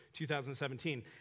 2017